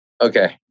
Okay